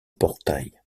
portail